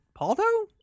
Pauldo